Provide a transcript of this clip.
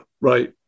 right